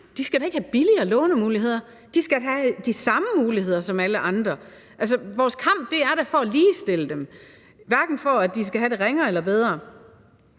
de skal da ikke have billigere lånemuligheder. De skal have de samme muligheder som alle andre. Altså, vores kamp er for at ligestille dem, hverken for at de skal have det ringere eller bedre.